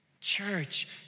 Church